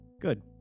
Good